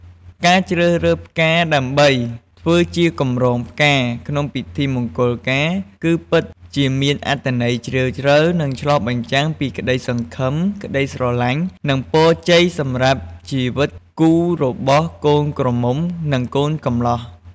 ការជ្រើសរើសផ្កាដើម្បីធ្វើជាកម្រងផ្កាក្នុងពិធីមង្គលការ គឺពិតជាមានអត្ថន័យជ្រាលជ្រៅ និងឆ្លុះបញ្ចាំងពីក្តីសង្ឃឹម ក្តីស្រឡាញ់ និងពរជ័យសម្រាប់ជីវិតគូរបស់កូនក្រមុំ និងកូនកម្លោះ។